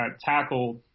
tackle